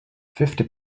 fifty